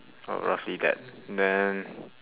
oh roughly that then